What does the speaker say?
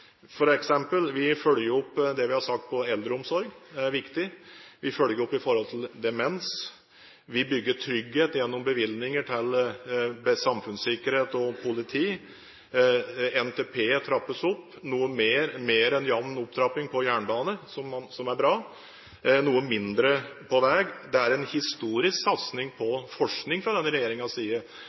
Vi følger f.eks. opp det vi har sagt om eldreomsorg. Det er viktig. Vi følger opp i forhold til demens. Vi bygger trygghet gjennom bevilgninger til samfunnssikkerhet og politi. NTP trappes opp, noe mer enn jevn opptrapping på jernbane, som er bra, noe mindre på vei. Det er en historisk satsing på forskning fra denne regjeringens side.